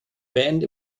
band